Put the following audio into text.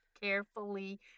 carefully